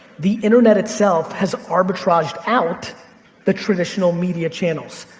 the internet itself has arbitraged out the traditional media channels.